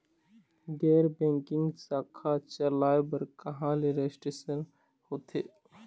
गैर बैंकिंग शाखा चलाए बर कहां ले रजिस्ट्रेशन होथे?